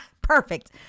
Perfect